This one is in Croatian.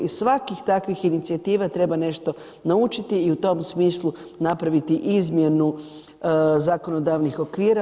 Iz svakih takvih inicijativa treba nešto naučiti i u tom smislu napraviti izmjenu zakonodavnih okvira.